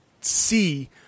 see